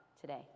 today